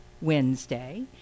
Wednesday